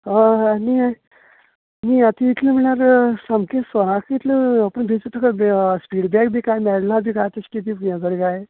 हय न्ही न्ही आतां इतलें म्हळ्यार सामकी साॅगाची इतलो अपडेट इतल्या फिडबेक बी काय मेळना बी अशें कितें यें बी जालें काय